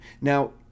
Now